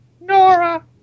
Nora